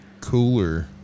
cooler